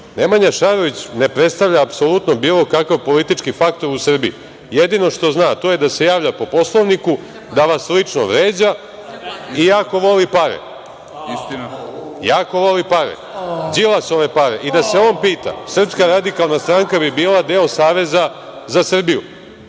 Šarović ne predstavlja apsolutno bilo kakav politički faktor u Srbiji. Jedino što zna to je da se javlja po Poslovniku, da vas lično vređa i jako voli pare. Jako voli pare, Đilasove pare i da se on pita SRS bi bila deo Saveza za Srbiju. Što